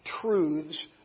truths